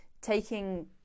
Taking